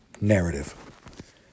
narrative